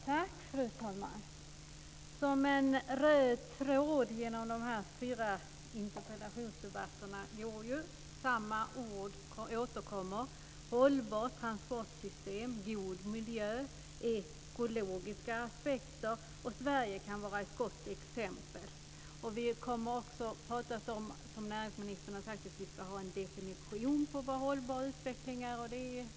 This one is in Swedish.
Fru talman! En röd tråd går genom dessa fyra interpellationsdebatter. Samma ord återkommer: "hållbart transportsystem", "god miljö", "ekologiska aspekter" och "Sverige kan vara ett gott exempel". Vi har också pratat om att vi ska ha en definition av vad hållbar utveckling är, som näringsministern har sagt.